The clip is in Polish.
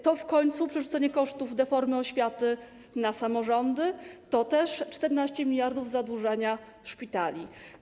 To w końcu przerzucenie kosztów deformy oświaty na samorządy, to też 14 mld zadłużenia szpitali.